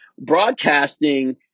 broadcasting